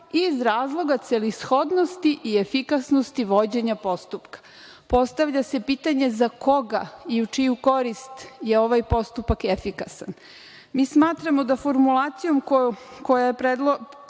iz razloga celishodnosti i efikasnosti vođenja postupka. Postavlja se pitanje – za koga i u čiju korist je ovaj postupak efikasan? Smatramo da formulacijom koja je predložena